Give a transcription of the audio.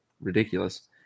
ridiculous